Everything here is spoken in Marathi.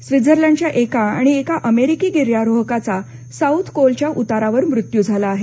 स्वित्झर्लंडच्या एका आणि एका अमेरिकी गिर्यारोहकाचा साउथ कोलच्या उतारावर मृत्यू झाला आहे